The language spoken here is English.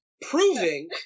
proving